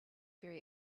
very